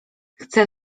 chce